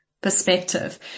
perspective